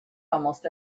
almost